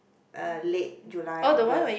uh late July August